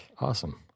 Awesome